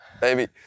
Baby